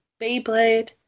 Beyblade